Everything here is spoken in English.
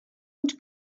and